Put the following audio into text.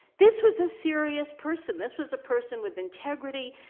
this was a serious person. this was a person with integrity.